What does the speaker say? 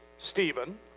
Stephen